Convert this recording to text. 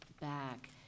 back